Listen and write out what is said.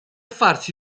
farsi